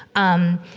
um,